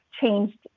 changed